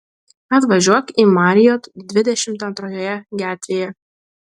atvažiuok į marriott dvidešimt antrojoje gatvėje